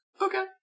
Okay